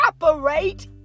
operate